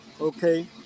okay